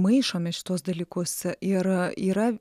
maišome šituos dalykus ir yra